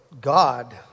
God